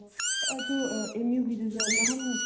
ꯑꯥ ꯑꯗꯨ ꯑꯥ ꯑꯦꯝ ꯎꯒꯤꯗꯨꯁꯨ ꯅꯍꯥꯟ